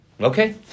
Okay